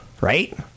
right